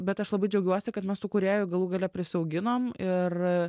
bet aš labai džiaugiuosi kad mes tų kūrėjų galų gale prisiauginom ir